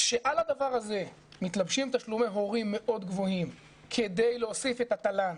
כשעל הדבר ה זה מתלבשים תשלומי הורים מאוד גבוהים כדי להוסיף את התל"ן,